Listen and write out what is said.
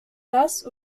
das